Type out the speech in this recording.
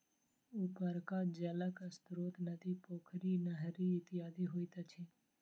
उपरका जलक स्रोत नदी, पोखरि, नहरि इत्यादि होइत अछि